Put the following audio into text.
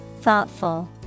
Thoughtful